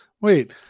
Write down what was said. Wait